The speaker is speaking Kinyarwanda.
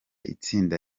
itsinda